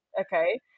okay